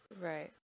Right